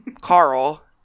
Carl